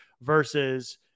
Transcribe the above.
versus